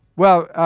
well,